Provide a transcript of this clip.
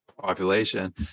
population